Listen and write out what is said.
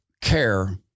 care